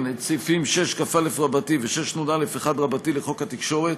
את סעיפים 6כא ו-6נא1 לחוק התקשורת